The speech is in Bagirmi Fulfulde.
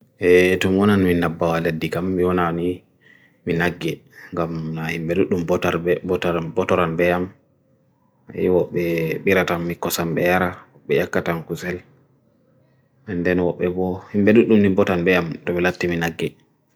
Tumonan nwi nabal eddi gam nwi onan nwi naggit gam na imedutnum botaran be'am. E'o be'atam mikosan be'ara, be'a katang kuzel. And then opebo imedutnum nim botan be'am to bilati nwi naggit.